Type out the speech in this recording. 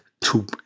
two